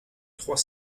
trois